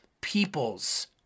peoples